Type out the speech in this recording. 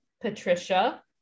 Patricia